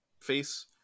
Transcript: face